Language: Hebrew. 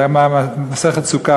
זה ממסכת סוכה,